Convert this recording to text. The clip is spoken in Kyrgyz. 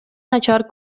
начар